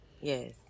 Yes